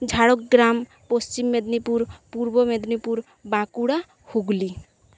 Jhargram Paschim Medinipur Purba Medinipur Bankura Hooghly